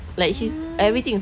mm